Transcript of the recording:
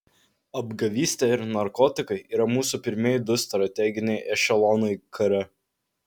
apgavystė ir narkotikai yra mūsų pirmieji du strateginiai ešelonai kare